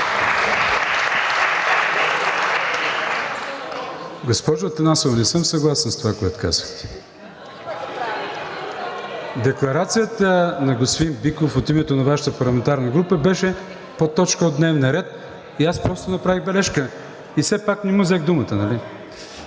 Госпожо Атанасова, не съм съгласен с това, което казахте. Декларацията на господин Биков от името на Вашата парламентарна група беше по точка от дневния ред и аз просто направих бележка. И все пак не му взех думата,